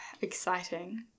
Exciting